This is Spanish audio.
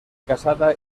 casada